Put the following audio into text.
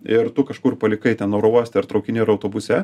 ir tu kažkur palikai ten oro uoste ar traukiny ar autobuse